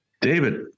David